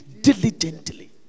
diligently